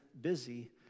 busy